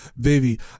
baby